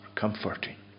comforting